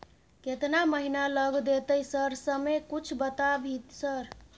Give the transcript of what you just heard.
केतना महीना लग देतै सर समय कुछ बता भी सर?